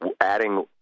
adding